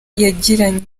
yagiranye